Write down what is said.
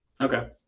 Okay